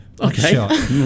Okay